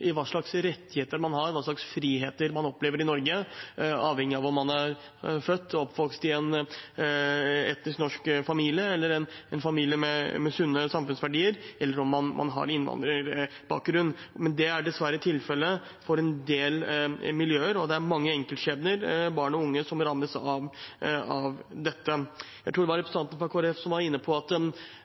i hva slags rettigheter man har, hva slags friheter man opplever i Norge, avhengig av om man er født og oppvokst i en etnisk norsk familie, en familie med sunne samfunnsverdier, eller om man har innvandrerbakgrunn. Det er dessverre tilfellet for en del miljøer, og det er mange enkeltskjebner, barn og unge, som rammes av dette. Jeg tror det var representanten fra Kristelig Folkeparti som var inne på at